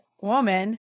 woman